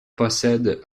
possède